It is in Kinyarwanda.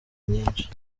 nyinshi